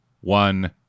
one